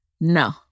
No